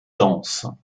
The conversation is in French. denses